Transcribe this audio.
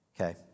Okay